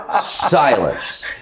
silence